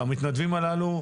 למתנדבים הללו,